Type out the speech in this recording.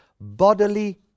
bodily